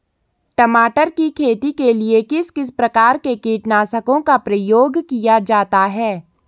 टमाटर की खेती के लिए किस किस प्रकार के कीटनाशकों का प्रयोग किया जाता है?